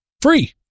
free